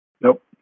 Nope